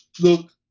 look